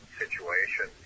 situation